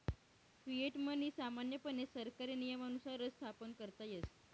fiat money सामान्यपणे सरकारी नियमानुसारच स्थापन करता येस